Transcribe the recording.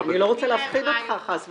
אני לא רוצה להפחיד אותך חס וחלילה.